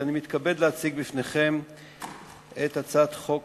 אני מתכבד להציג בפניכם את הצעת חוק